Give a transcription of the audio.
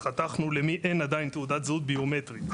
חתכנו למי אין עדיין תעודת זהות ביומטרית,